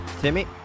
Timmy